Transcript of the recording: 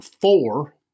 four